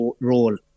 role